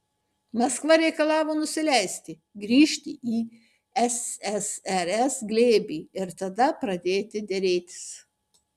maskva reikalavo nusileisti grįžti į ssrs glėbį ir tada pradėti derėtis